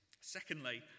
Secondly